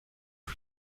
een